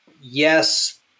yes